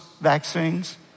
vaccines